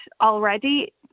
already